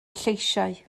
lleisiau